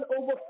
over